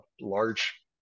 large